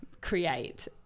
create